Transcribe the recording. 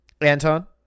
Anton